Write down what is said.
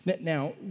Now